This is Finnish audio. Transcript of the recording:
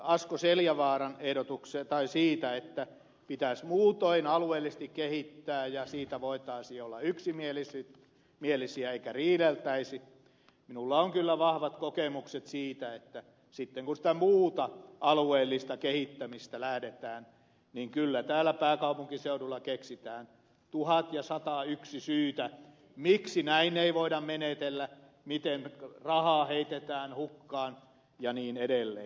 asko seljavaaran ehdotukseen siitä että pitäisi muutoin alueellisesti kehittää ja siitä voitaisiin olla yksimielisiä eikä riideltäisi minulla on kyllä vahvat kokemukset siitä että sitten kun sitä muuta alueellista kehittämistä lähdetään tekemään kyllä täällä pääkaupunkiseudulla keksitään tuhat ja satayksi syytä miksi näin ei voida menetellä miten rahaa heitetään hukkaan ja niin edelleen